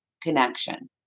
connection